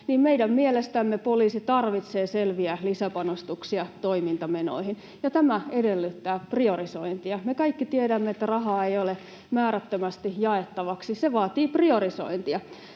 niin meidän mielestämme poliisi tarvitsee selviä lisäpanostuksia toimintamenoihin, ja tämä edellyttää priorisointia. Me kaikki tiedämme, että rahaa ei ole määrättömästi jaettavaksi — se vaatii priorisointia.